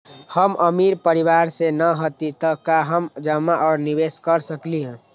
हम अमीर परिवार से न हती त का हम जमा और निवेस कर सकली ह?